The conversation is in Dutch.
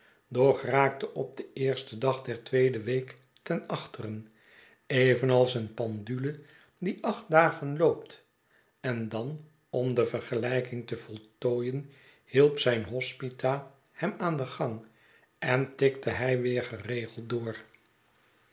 doch raakte op den eersten dag der tweede week ten achteren evenals een pendule die acht dagen loopt en dan om de vergelijking te voltooien hielp zyn hospita hem aan den gang en tikte hij weer geregeld door